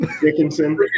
Dickinson